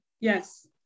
Yes